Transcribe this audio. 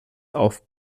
auf